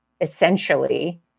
essentially